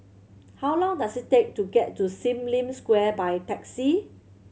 how long does it take to get to Sim Lim Square by taxi